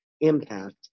impact